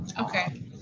Okay